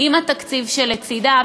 עם התקציב שלצדה,